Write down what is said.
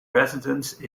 residence